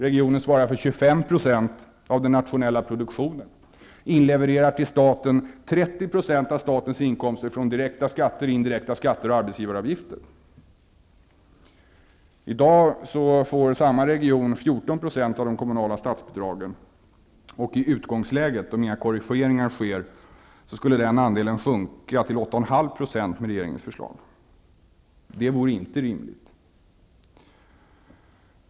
Regionen svarar för 25 % av den nationella produktionen och inlevererar 30 % av statens inkomster från direkta skatter, indirekta skatter och arbetsgivaravgifter. I dag får samma region 14 % av de kommunala statsbidragen. I utgångsläget, om inga korrigeringar sker, skulle den andelen sjunka till 8,5 % med regeringens förslag. Det vore inte rimligt.